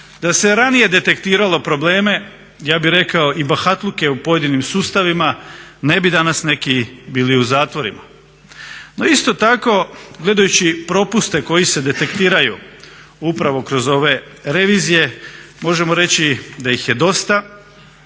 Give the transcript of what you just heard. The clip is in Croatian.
da se ranije detektiralo probleme ja bih rekao i bahatluke u pojedinim sustavima ne bi danas neki bili u zatvorima. No isto tako gledajući propuste koji se detektiraju upravo kroz ove revizije možemo reći da ih je dosta